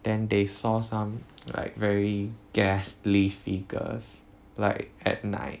then they saw some like very ghastly figures like at night